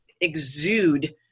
exude